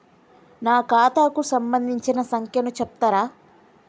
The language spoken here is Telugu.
నా ఖాతా కు సంబంధించిన సంఖ్య ను చెప్తరా?